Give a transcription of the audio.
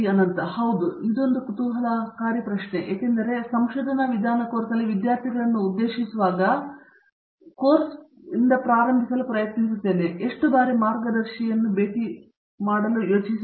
ಅನಂತ ಸುಬ್ರಹ್ಮಣ್ಯನ್ ಹೌದು ಇದು ಮತ್ತೊಮ್ಮೆ ಒಂದು ಕುತೂಹಲಕಾರಿ ಪ್ರಶ್ನೆಯಾಗಿದೆ ಏಕೆಂದರೆ ನಾನು ಅವರ ಸಂಶೋಧನಾ ವಿಧಾನ ಕೋರ್ಸ್ನಲ್ಲಿ ವಿದ್ಯಾರ್ಥಿಗಳನ್ನು ಉದ್ದೇಶಿಸಿರುವಾಗ ಈ ಪ್ರಶ್ನೆ ಇಂದ ಕೋರ್ಸ ಪ್ರಾರಂಭಿಸಲು ಪ್ರಯತ್ನಿಸಿದೆ ನೀವು ಎಷ್ಟು ಬಾರಿ ಮಾರ್ಗದರ್ಶಿ ಭೇಟಿ ಯೋಚಿಸಬೇಕು